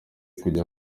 kujya